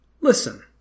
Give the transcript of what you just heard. Listen